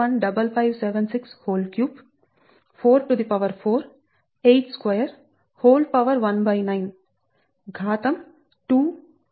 0155763 4 219 ఘాతం 2 4 6 6 3 9 లభిస్తుంది